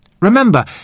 Remember